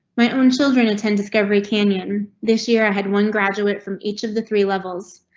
my own children attend discovery canyon this year. i had one graduate from each of the three levels.